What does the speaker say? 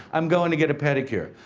i'm going to get a pedicure.